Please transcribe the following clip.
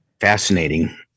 Fascinating